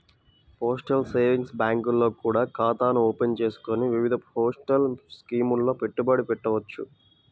postal savings బ్యాంకుల్లో కూడా ఖాతాను ఓపెన్ చేసుకొని వివిధ పోస్టల్ స్కీముల్లో పెట్టుబడి పెట్టవచ్చు